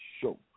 show